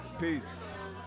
Peace